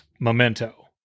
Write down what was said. Memento